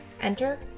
Enter